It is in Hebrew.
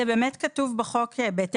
בלבד